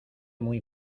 muy